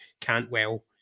Cantwell